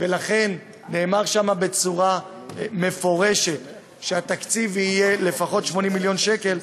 ולכן נאמר שם בצורה מפורשת שהתקציב יהיה לפחות 80 מיליון שקל.